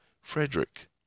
Frederick